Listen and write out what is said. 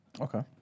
Okay